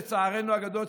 לצערנו הגדול,